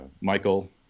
Michael